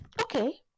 Okay